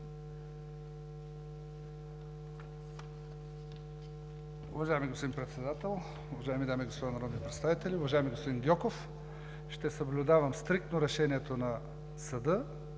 Уважаеми господин Председател, уважаеми дами и господа народни представители! Уважаеми господин Гьоков, ще съблюдавам стриктно решението на съда